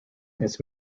its